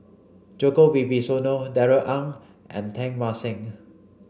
Djoko Wibisono Darrell Ang and Teng Mah Seng